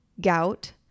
gout